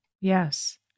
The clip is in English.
Yes